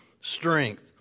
strength